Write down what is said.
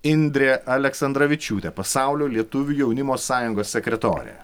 indrė aleksandravičiūtė pasaulio lietuvių jaunimo sąjungos sekretorė